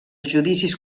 judicis